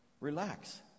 relax